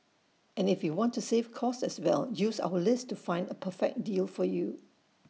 and if you want to save cost as well use our list to find A perfect deal for you